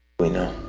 we know?